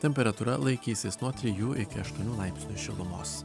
temperatūra laikysis nuo trijų iki aštuonių laipsnių šilumos